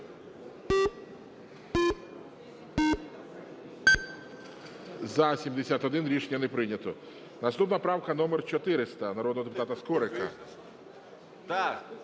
За-71 Рішення не прийнято. Наступна правка номер 400 народного депутата Скорика.